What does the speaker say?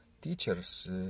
teachers